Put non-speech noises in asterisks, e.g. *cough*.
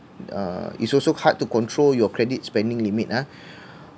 uh it's also hard to control your credit spending limit ah *breath*